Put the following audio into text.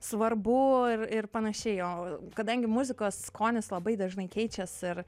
svarbu ir ir panašiai o kadangi muzikos skonis labai dažnai keičias ir